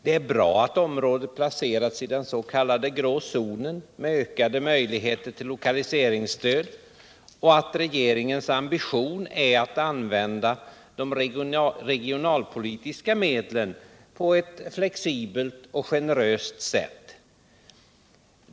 Det är bra att området placerats i den s.k. grå zonen, med ökade möjligheter till lokaliseringsstöd, och att regeringens ambition är att använda de regionalpolitiska medlen på ett flexibelt och generöst sätt.